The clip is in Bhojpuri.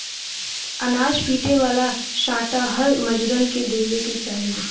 अनाज पीटे वाला सांटा हर मजूरन के देवे के चाही